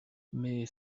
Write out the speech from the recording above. mais